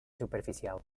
superficial